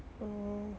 oh